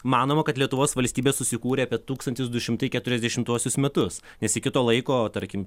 manoma kad lietuvos valstybė susikūrė apie tūkstantis du šimtai keturiasdešimtuosius metus nes iki to laiko tarkim